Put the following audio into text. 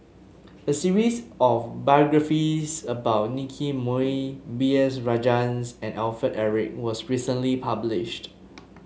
a series of biographies about Nicky Moey B S Rajhans and Alfred Eric was recently published